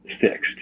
fixed